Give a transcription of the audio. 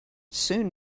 soon